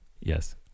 Yes